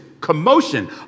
commotion